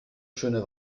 schöne